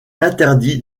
interdit